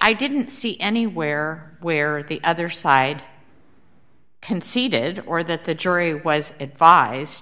i didn't see anywhere where the other side conceded or that the jury was advised